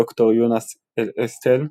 ד"ר יונס אל-אסטל,